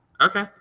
okay